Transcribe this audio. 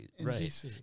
right